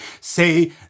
say